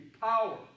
power